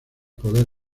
poder